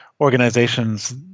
organizations